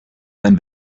sein